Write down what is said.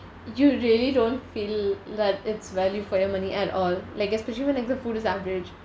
you really don't feel that its value for your money at all like especially when a good food is average